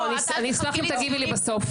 לא, אני אשמח אם תגיבי לי בסוף.